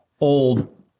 old